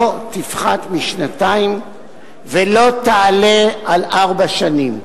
לא תפחת משנתיים ולא תעלה על ארבע שנים".